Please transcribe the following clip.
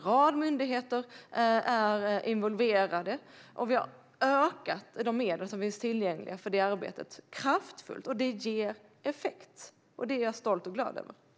En rad myndigheter är involverade, och vi har kraftfullt ökat de medel som finns tillgängliga för det arbetet. Det ger effekt, och det är jag stolt och glad över.